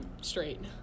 straight